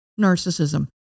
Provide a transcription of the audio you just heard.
narcissism